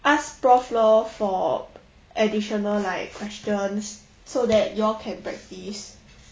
ask prof lor for additional like questions so that you all can practice